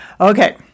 Okay